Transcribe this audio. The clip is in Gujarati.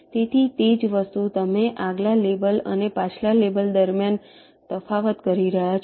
તેથી તે જ વસ્તુ તમે આગલા લેબલ અને પાછલા લેબલ વચ્ચે તફાવત કરી રહ્યાં છો